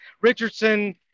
Richardson